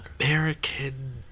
american